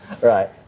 Right